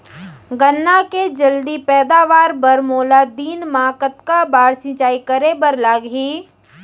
गन्ना के जलदी पैदावार बर, मोला दिन मा कतका बार सिंचाई करे बर लागही?